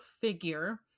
figure